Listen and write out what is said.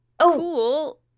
cool